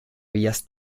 vías